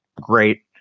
great